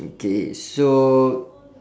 okay so